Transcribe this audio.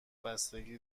بستگی